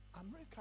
America